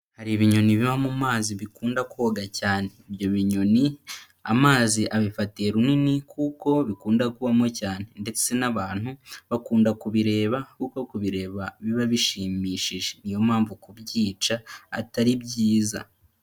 Hari ibinyoni biba mu mazi bikunda koga cyane, ibyo binyoni amazi abifatiye runini kuko bikundwa kubamo cyane, niyo mpamvu kubyica atari byiza.